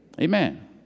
Amen